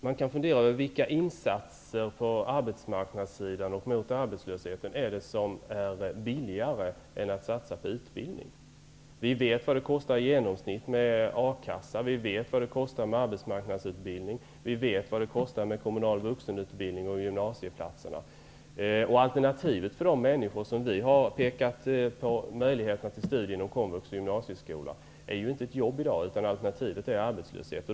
Man kan fundera över vilka insatser på arbetsmarknadssidan för att motverka arbetslöshet som är billigare än satsningar på utbildning. Vi vet vad det i genomsnitt kostar med A-kassa, arbetsmarknadsutbildning, kommunal vuxenutbildning och gymnasieplatser. Alternativet för de människor som skulle kunna ha en möjlighet till studier inom Komvux och gymnasieskola är i dag inte ett jobb, utan alternativet är arbetslöshet.